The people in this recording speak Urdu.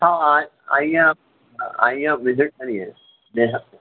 ہاں ہاں آئیے آپ آئیے آپ وزٹ کریے جیسا آپ چاہ